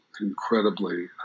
incredibly